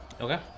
Okay